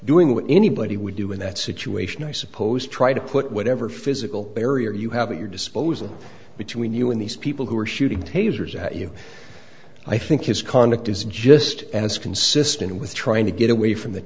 what anybody would do in that situation i suppose try to put whatever physical barrier you have at your disposal between you and these people who are shooting tasers at you i think his conduct is just as consistent with trying to get away from the